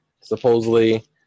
supposedly